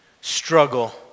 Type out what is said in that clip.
struggle